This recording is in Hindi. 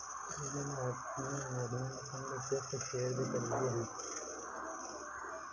रोमिल ने अपने इन्वेस्टमेंट फण्ड से कुछ शेयर भी खरीदे है